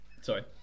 sorry